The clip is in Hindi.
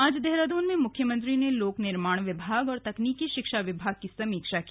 आज देहरादून में मुख्यमंत्री ने लोक निर्माण विभाग और तकनीकि शिक्षा विभाग की समीक्षा की